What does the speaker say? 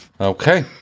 Okay